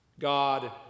God